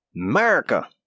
America